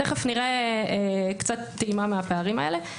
תכף נראה קצת טעימה מהפערים האלה.